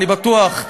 אני בטוח,